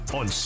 on